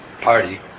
party